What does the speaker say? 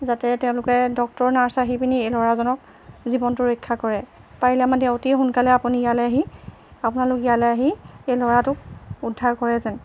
যাতে তেওঁলোকে doctor nurse আহি পিনি এই ল'ৰাজনক জীৱনটো ৰক্ষা কৰে পাৰিলে আমাৰ দেউতিয়ে সোনকালে আপুনি ইয়ালৈ আহি আপোনালোক ইয়ালৈ আহি এই ল'ৰাটোক উদ্ধাৰ কৰে যেন